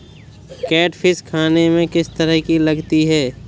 Catfish खाने में किस तरह की लगती है?